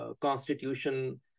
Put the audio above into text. constitution